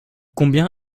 combien